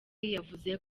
yavuze